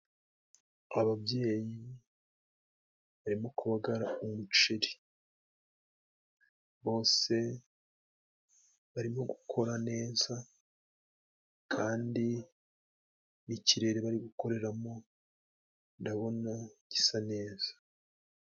Ababyeyi barimo kubagara umuceri, bose barimo gukora neza, kandi nikirere bari gukoreramo ndabona gisa neza.